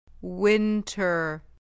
winter